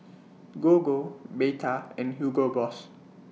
Gogo Bata and Hugo Boss